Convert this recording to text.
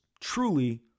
truly